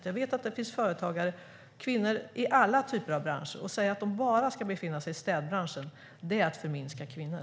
Jag vet att det finns kvinnliga företagare inom alla typer av branscher. Att säga att de bara ska befinna sig i städbranschen är att förminska kvinnor.